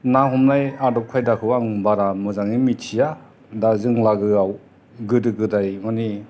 ना हमनाय आदब खायदाखौ आं बारा मोजाङै मिथिया दा जों लागोआव गोदो गोदाय माने